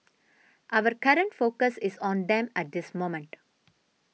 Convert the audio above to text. our current focus is on them at this moment